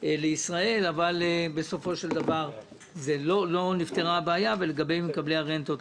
לישראל אבל בסופו של דבר לא נפתרה הבעיה לגבי מקבלי הרנטות.